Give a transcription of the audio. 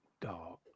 dog